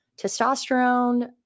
testosterone